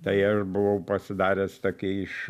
tai aš buvau pasidaręs tokį iš